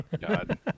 God